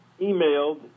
emailed